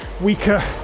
weaker